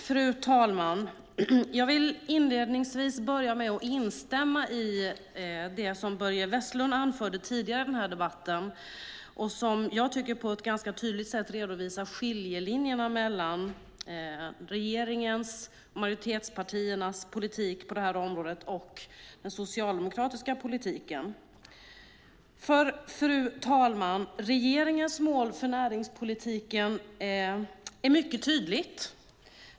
Fru talman! Jag vill inledningsvis instämma i Börje Vestlunds anförande tidigare i den här debatten som på ett ganska tydligt sätt redovisade skiljelinjerna mellan å ena sidan regeringens och majoritetspartiernas politik på det här området och å andra sidan den socialdemokratiska politiken. Fru talman! Regeringens mål för näringspolitiken är mycket tydligt.